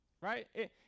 Right